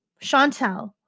Chantel